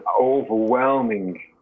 overwhelming